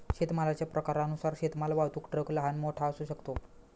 शेतमालाच्या प्रकारानुसार शेतमाल वाहतूक ट्रक लहान, मोठा असू शकतो